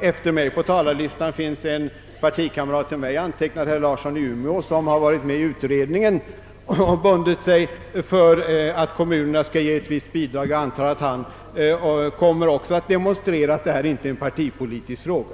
Efter mig på talarlistan står min partikamrat herr Larsson i Umeå, som varit med i utredningen och därmed bundit sig för principen att kommunerna skall ge ett visst bidrag. Jag förmodar att även han kom mer att markera, att detta inte är någon partipolitisk fråga.